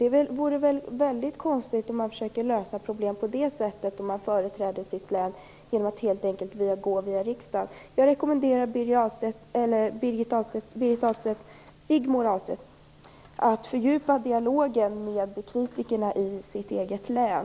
Det vore konstigt om man skulle försöka lösa problem på det sättet när man företräder sitt län, dvs. genom att helt enkelt gå via riksdagen. Jag rekommenderar Rigmor Ahlstedt att fördjupa dialogen med kritikerna i sitt eget län.